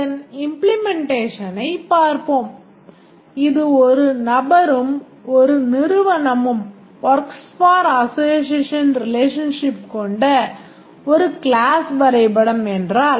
இதன் இம்ப்ளிமென்டைஷனைப் பார்ப்போம் இது ஒரு நபரும் ஒரு நிறுவனமும் works for அசோஸியேஷன் ரிலேஷன்ஷிப் கொண்ட ஒரு கிளாஸ் வரைபடம் என்றால்